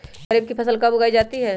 खरीफ की फसल कब उगाई जाती है?